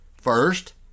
First